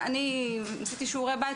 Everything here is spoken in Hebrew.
עשיתי שיעורי בית,